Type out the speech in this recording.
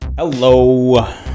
Hello